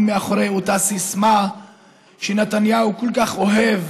מאחורי אותה סיסמה שנתניהו כל כך אוהב